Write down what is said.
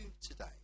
today